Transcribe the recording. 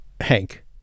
Hank